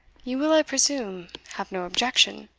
you will, i presume, have no objection!